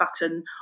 button